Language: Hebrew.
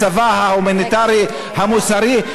הצבא ההומניטרי המוסרי,